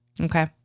okay